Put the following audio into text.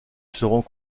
seront